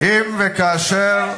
אם וכאשר נגיע,